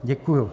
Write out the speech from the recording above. Děkuju.